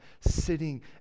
sitting